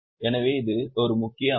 எனவே இது முக்கிய அமைப்பு